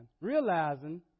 realizing